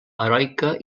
heroica